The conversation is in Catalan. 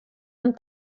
amb